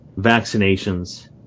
vaccinations